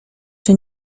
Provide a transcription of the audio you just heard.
czy